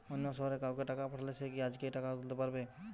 অন্য শহরের কাউকে টাকা পাঠালে সে কি আজকেই টাকা তুলতে পারবে?